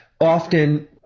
often